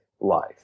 life